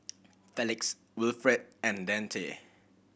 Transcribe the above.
Felix Wilfrid and Dante